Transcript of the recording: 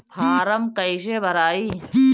Form कईसे भराई?